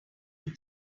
him